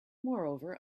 moreover